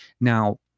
now